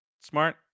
smart